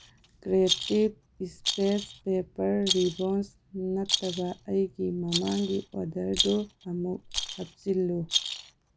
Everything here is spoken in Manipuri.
ꯀ꯭ꯔꯤꯌꯦꯇꯤꯞ ꯏꯁꯄꯦꯁ ꯄꯦꯄꯔ ꯔꯤꯕꯣꯟꯁ ꯅꯠꯇꯕ ꯑꯩꯒꯤ ꯃꯃꯥꯡꯒꯤ ꯑꯣꯔꯗꯔꯗꯨ ꯑꯃꯨꯛ ꯍꯥꯞꯆꯤꯜꯂꯨ